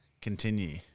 continue